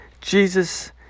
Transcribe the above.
Jesus